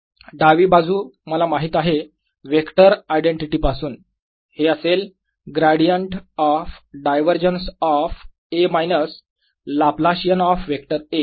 आणि डावी बाजू मला माहित आहे वेक्टर आयडेंटिटी पासून हे असेल gradient of divergence of A minus Laplacian of vector A